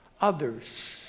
others